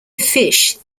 fish